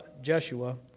Joshua